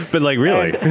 but like, really? and